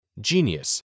genius